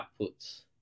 outputs